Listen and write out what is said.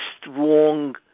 strong